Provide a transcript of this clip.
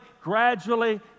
gradually